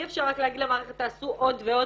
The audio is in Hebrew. אי אפשר רק להגיד למערכת תעשו עוד ועוד